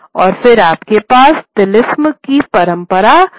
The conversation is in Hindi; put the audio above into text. और फिर आपके पास तिलिस्मी की परंपरा है